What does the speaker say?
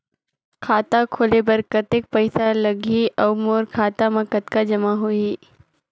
खाता खोले बर कतेक पइसा लगही? अउ मोर खाता मे कतका जमा होही?